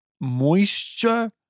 moisture